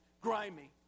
Grimy